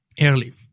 early